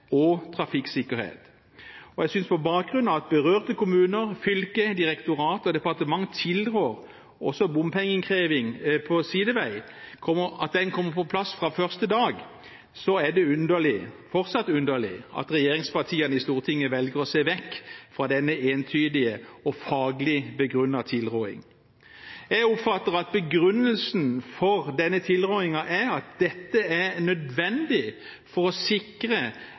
og trafikksikkerhet. På bakgrunn av at berørte kommuner, fylke, direktorat og departement tilrår bompengeinnkreving også på sidevei, og at den kommer på plass fra første dag, synes jeg fortsatt det er underlig at regjeringspartiene i Stortinget velger å se vekk fra denne entydige og faglig begrunnede tilrådingen. Jeg oppfatter at begrunnelsen for denne tilrådingen er at dette er nødvendig for å sikre